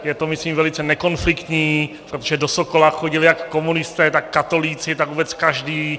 Je to, myslím, velice nekonfliktní, protože do Sokola chodili jak komunisté, tak katolíci, vůbec každý.